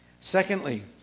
Secondly